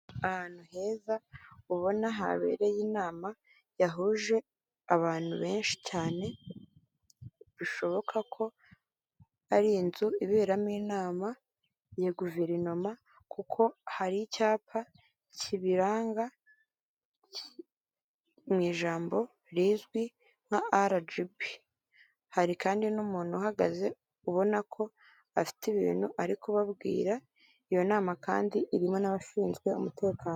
Ahantu heza ubona habereye inama yahuje abantu benshi cyane, bishoboka ko ari inzu iberamo inama ya guverinoma kuko hari icyapa kibiranga mu ijambo rizwi nka arajibi, hari kandi n'umuntu uhagaze ubona ko afite ibintu ari kubabwira, iyo nama kandi irimo n'abashinzwe umutekano.